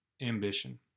ambition